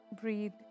breathe